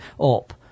up